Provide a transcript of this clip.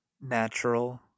Natural